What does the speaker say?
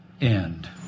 end